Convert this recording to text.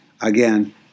Again